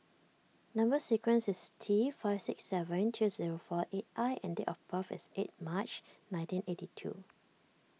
Number Sequence is T five six seven two zero four eight I and date of birth is eight March nineteen eighty two